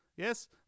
Yes